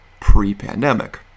pre-pandemic